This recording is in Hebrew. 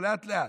אבל לאט-לאט.